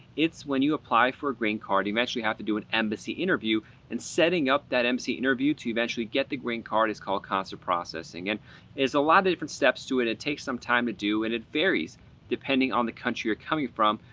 it's when you apply for a green card. eventually you have to do an embassy interview and setting up that embassy interview to eventually get the green card is called consular processing. and there's a lot of different steps to it. it takes some time to do and it varies depending on the country you're coming from,